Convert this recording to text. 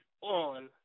on